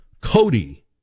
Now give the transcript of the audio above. Cody